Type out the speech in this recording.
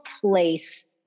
place